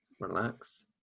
relax